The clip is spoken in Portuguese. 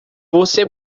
você